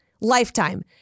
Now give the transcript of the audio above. Lifetime